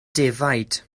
defaid